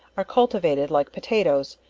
are cultivated like potatoes,